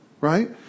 Right